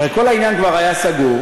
הרי כל העניין כבר היה סגור.